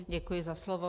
Děkuji za slovo.